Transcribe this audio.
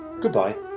Goodbye